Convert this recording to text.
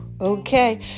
okay